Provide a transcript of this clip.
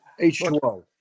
H2O